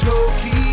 Tokyo